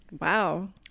Wow